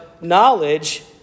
knowledge